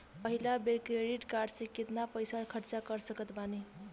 पहिलका बेर credit card से केतना पईसा खर्चा कर सकत बानी?